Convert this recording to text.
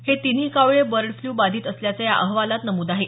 हे तिन्ही कावळे बर्ड फ्ल्यू बाधित असल्याचं या अहवालात नमूद आहे